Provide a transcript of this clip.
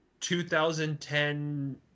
2010